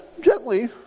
gently